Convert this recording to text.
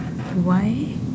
why